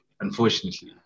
Unfortunately